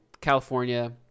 California